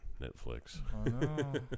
Netflix